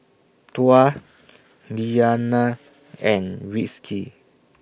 Tuah Diyana and Rizqi